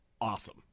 awesome